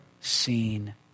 seen